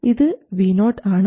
ഇത് Vo ആണ്